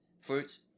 fruits